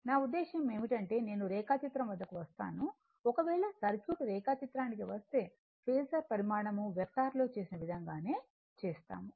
నా ఉద్దేశ్యం ఏమిటంటే నేను రేఖాచిత్రం వద్దకు వస్తాను ఒకవేళ సర్క్యూట్ రేఖాచిత్రానికి వస్తే ఫేసర్ పరిమాణం వెక్టార్ లో చేసిన విధంగానే చేస్తాము